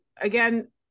Again